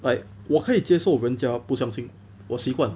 like 我可以接受人家不相信我习惯